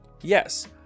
Yes